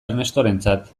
ernestorentzat